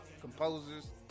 composers